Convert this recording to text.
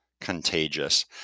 contagious